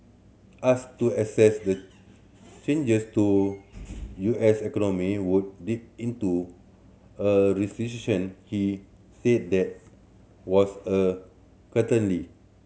asked to assess the changes the U S economy would dip into a recession he said that was a